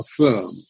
affirm